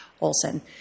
Olson